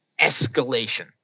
escalation